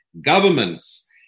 governments